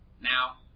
Now